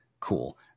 cool